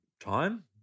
time